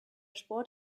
sport